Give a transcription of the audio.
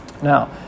Now